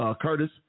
Curtis